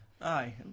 Aye